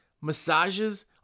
Massages